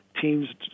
teams